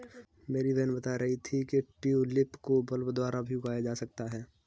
मेरी बहन बता रही थी कि ट्यूलिप को बल्ब द्वारा भी उगाया जा सकता है